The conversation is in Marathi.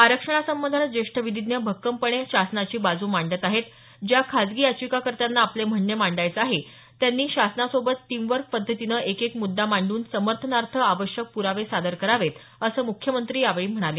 आरक्षणासंदर्भात ज्येष्ठ विधिज्ञ भक्कमपणे शासनाची बाजू मांडत आहेत ज्या खासगी याचिकाकर्त्यांना आपले म्हणणे मांडायचे आहे त्यांनी शासनाबरोबर टीमवर्क पद्धतीनं एकेक मुद्दा मांडून समर्थनार्थ आवश्यक प्रावे सादर करावेत असं मुख्यमंत्री यावेळी म्हणाले